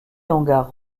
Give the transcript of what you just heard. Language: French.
hangars